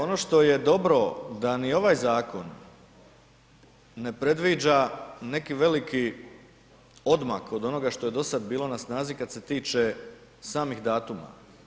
Ono što je dobro da ni ovaj zakon ne predviđa neki veliki odmak od onoga što je dosad bilo na snazi kad se tiče samih datuma.